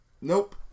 Nope